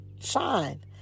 shine